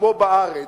כמו בארץ,